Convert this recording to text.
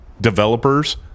developers